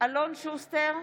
אלון שוסטר,